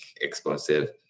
explosive